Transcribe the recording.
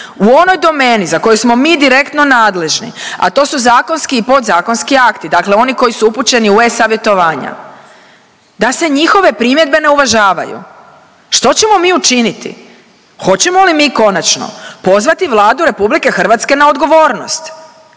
u onoj domeni za koju smo mi direktno nadležni, a to su zakonski i podzakonski akti, dakle oni koji su upućeni u e-Savjetovanja, da se njihove primjedbe ne uvažavaju, što ćemo mi učiniti? Hoćemo li mi konačno pozvati Vladu RH na odgovornost